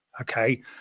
okay